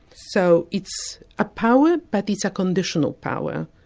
so it's a power, but it's a conditional power.